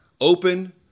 open